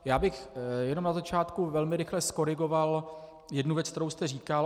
Já bych jenom na začátku velmi rychle zkorigoval jednu věc, kterou jste říkal.